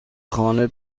خانه